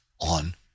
on